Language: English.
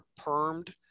permed